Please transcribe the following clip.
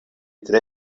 tre